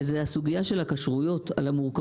והיא הסוגייה של מורכבות